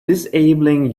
disabling